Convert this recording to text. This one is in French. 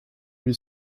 lui